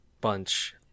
bunch